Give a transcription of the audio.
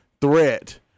threat